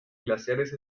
glaciares